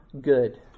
good